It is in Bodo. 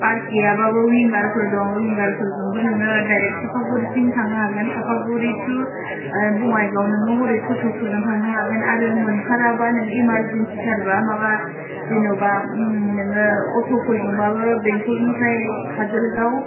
बास गैयाबाबो उयिंगारफोर दं उयिंगारफोरजोंबो नोङो दायरेग सापागुरिसिम थांनो हागोन दायरेग सापागुरि थु बङाइगाव नोङो हरै ट'ट'फोरजों थांनो हागोन आरो मोनथाराबा नोङो एमारजेन्सितारबा माबा जेन'बा नोङो अट'फोरजोंबाबो बेंथलनिफाय काजोलगाव